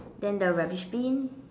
then the rubbish bin